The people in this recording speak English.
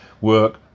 work